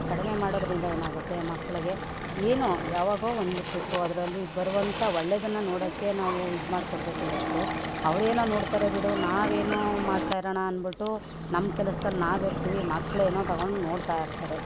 ಕಡಿಮೆ ಮಾಡೋದರಿಂದ ಏನಾಗುತ್ತೆ ಮಕ್ಕಳಿಗೆ ಏನೋ ಯಾವಾಗೋ ಒಂದು ಟ್ರಿಪೊ ಅದರಲ್ಲಿ ಬರುವಂಥ ಒಳ್ಳೇದನ್ನು ನೋಡೋಕೆ ನಾವು ಇದು ಮಾಡಿ ಕೊಡಬೇಕೆ ಹೊರತು ಅವ್ರು ಏನೋ ನೋಡ್ತಾರೆ ಬಿಡು ನಾವೇನೋ ಮಾಡ್ತಾಯಿರೋಣ ಅದ್ಬಿಟ್ಟು ನಮ್ಮ ಕೆಲಸದಲ್ಲಿ ನಾವು ಇರ್ತೀವಿ ಮಕ್ಳು ಏನೋ ತಗೊಂಡು ನೋಡ್ತಾಯಿರ್ತಾರೆ